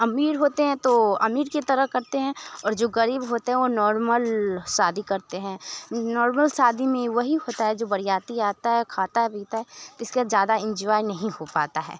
अमीर होते हैं तो अमीर की तरह करते हैं और जो ग़रीब होते हैं वो नॉर्मल शादी करते हैं नॉर्मल शादी में वही होता है जो बराती आता है खाता है पीता है तो इसके बाद ज़्यादा इंजॉय नहीं हो पाता है